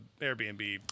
Airbnb